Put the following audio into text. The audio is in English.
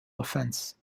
offense